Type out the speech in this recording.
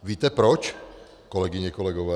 Víte proč, kolegyně, kolegové?